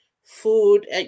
food